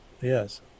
Yes